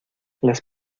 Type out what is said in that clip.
las